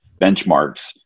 benchmarks